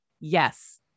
Yes